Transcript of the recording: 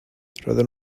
roedden